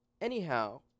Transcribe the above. Anyhow